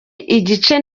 igice